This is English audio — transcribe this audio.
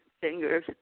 fingers